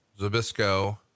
Zabisco